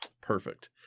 perfect